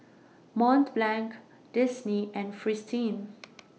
Mont Blanc Disney and Fristine